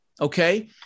okay